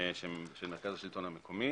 מרכז השלטון המקומי.